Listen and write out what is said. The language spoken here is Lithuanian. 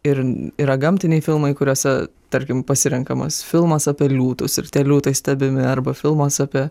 ir yra gamtiniai filmai kuriuose tarkim pasirenkamas filmas apie liūtus ir tie liūtai stebimi arba filmas apie